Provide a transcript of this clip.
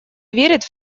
верит